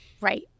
Right